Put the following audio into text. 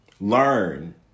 Learn